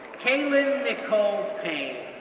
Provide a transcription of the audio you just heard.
kaelin nichole payne,